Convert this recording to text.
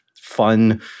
fun